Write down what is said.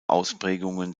ausprägungen